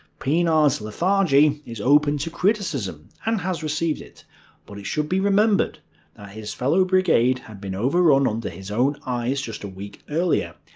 pienaar's lethargy is open to criticism, and has received it, but it should be remembered that his fellow brigade had been overrun under his own eyes just a week earlier,